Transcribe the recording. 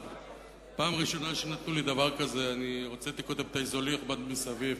פעם ראשונה שנתנו לי דבר כזה הוצאתי קודם את האיזולירבנד מסביב,